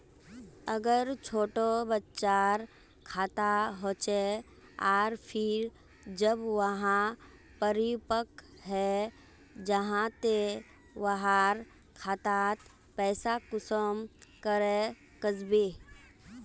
अगर छोटो बच्चार खाता होचे आर फिर जब वहाँ परिपक है जहा ते वहार खातात पैसा कुंसम करे वस्बे?